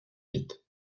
vite